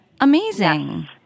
Amazing